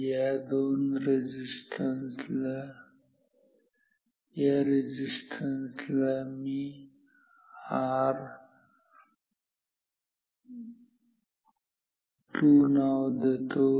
या रेजिस्टन्सला मी R3 नाव देतो